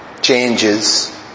changes